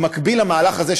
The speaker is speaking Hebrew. במקביל למהלך הזה,